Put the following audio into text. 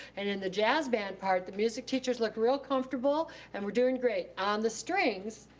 and then the jazz band part, the music teachers looked real comfortable and were doing great. on the strings,